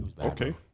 Okay